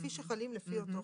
כפי שחלים לפי אותו חוק.